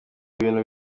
ibintu